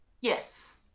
Yes